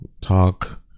talk